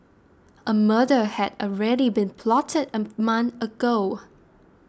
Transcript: a murder had already been plotted a month ago